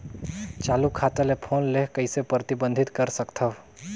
चालू खाता ले फोन ले कइसे प्रतिबंधित कर सकथव?